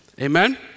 Amen